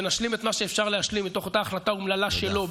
ונשלים את מה שאפשר להשלים מתוך אותה החלטה אומללה שלו,